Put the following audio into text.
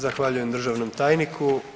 Zahvaljujem državnom tajniku.